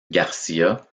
garcia